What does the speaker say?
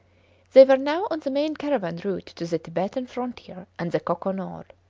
they were now on the main caravan route to the tibetan frontier and the koko-nor.